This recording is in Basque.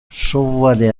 software